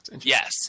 Yes